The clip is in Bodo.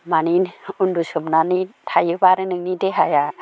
मानि उन्दु सोमनानै थायोब्ला आरो नोंनि देहाया